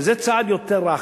זה צעד יותר רך.